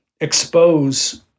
expose